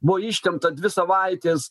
buvo ištempta dvi savaitės